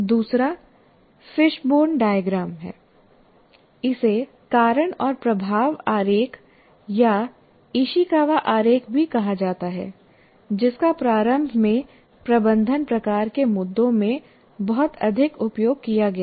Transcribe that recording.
दूसरा fishbone diagram है इसे कारण और प्रभाव आरेख या इशिकावा आरेख भी कहा जाता है जिसका प्रारंभ में प्रबंधन प्रकार के मुद्दों में बहुत अधिक उपयोग किया गया था